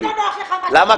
למה?